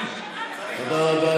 הבאה.